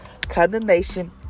Condemnation